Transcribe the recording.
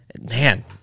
Man